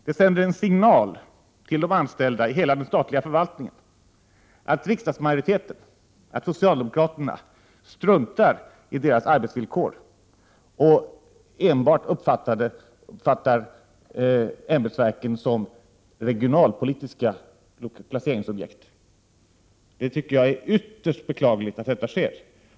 Det sänder en signal till de anställda inom hela den statliga förvaltningen att socialdemokraterna struntar i deras arbetsvillkor och enbart uppfattar ämbetsverken som regionalpolitiska placeringsobjekt. Jag tycker att det är ytterst beklagligt att detta sker.